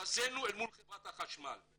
התבזינו אל מול חברת החשמל,